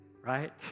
right